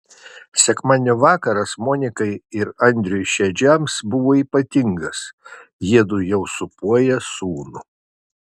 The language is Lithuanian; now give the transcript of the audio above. sekmadienio vakaras monikai ir andriui šedžiams buvo ypatingas jiedu jau sūpuoja sūnų